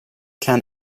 can